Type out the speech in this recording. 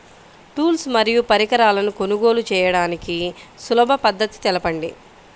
Tools మరియు పరికరాలను కొనుగోలు చేయడానికి సులభ పద్దతి తెలపండి?